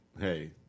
hey –